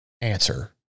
answer